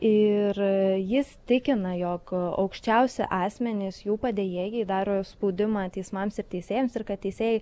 ir jis tikina jog aukščiausi asmenys jų padėjėjai daro spaudimą teismams ir teisėjams ir kad teisėjai